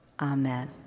Amen